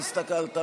הסתכלת,